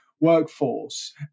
workforce